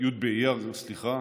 באייר התש"ף,